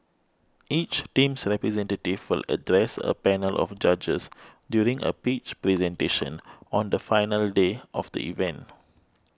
each team's representative will address a panel of judges during a pitch presentation on the final day of the event